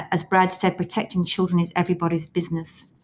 as brad said, protecting children is everybody's business.